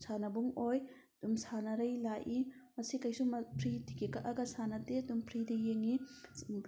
ꯁꯥꯟꯅꯕꯨꯡ ꯑꯣꯏ ꯑꯗꯨꯝ ꯁꯥꯟꯅꯔꯩ ꯂꯥꯛꯏ ꯃꯁꯤ ꯀꯩꯁꯨꯝ ꯐ꯭ꯔꯤ ꯇꯤꯀꯦꯠ ꯀꯛꯑꯒ ꯁꯥꯟꯅꯗꯦ ꯑꯗꯨꯝ ꯐ꯭ꯔꯤꯗ ꯌꯦꯡꯉꯤ